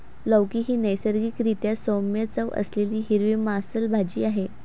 लौकी ही नैसर्गिक रीत्या सौम्य चव असलेली हिरवी मांसल भाजी आहे